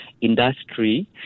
industry